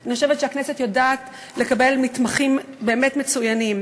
אני חושבת שהכנסת יודעת לקבל מתמחים באמת מצוינים.